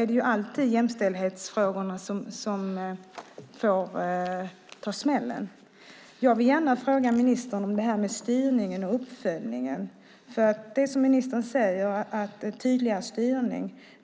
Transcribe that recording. är det alltid jämställdhetsfrågorna som får ta smällen. Jag vill gärna fråga ministern om styrningen och uppföljningen. Ministern säger att det är en tydligare styrning.